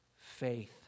faith